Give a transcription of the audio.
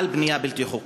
על בנייה בלתי חוקית?